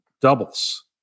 doubles